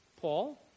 Paul